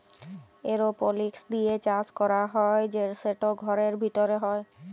এরওপলিক্স দিঁয়ে চাষ ক্যরা হ্যয় সেট ঘরের ভিতরে হ্যয়